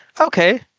okay